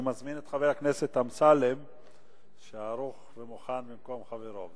אני מזמין את חבר הכנסת חיים אמסלם שערוך ומוכן במקום חברו.